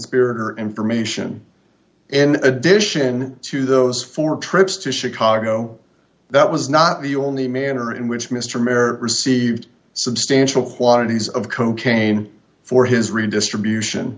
coconspirator information in addition to those four trips to chicago that was not the only manner in which mr mair received substantial quantities of cocaine for his redistribution